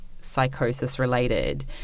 psychosis-related